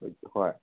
ꯍꯣꯏ